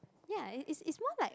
ya is is more like